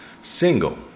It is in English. single